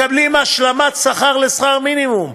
מקבלים השלמת שכר לשכר מינימום.